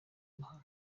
mahano